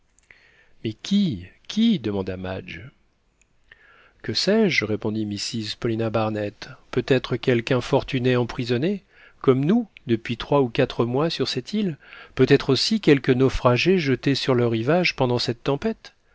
mais qui qui demanda madge que sais-je répondit mrs paulina barnett peut-être quelque infortuné emprisonné comme nous depuis trois ou quatre mois sur cette île peut-être aussi quelque naufragé jeté sur le rivage pendant